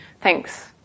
thanks